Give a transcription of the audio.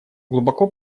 глубоко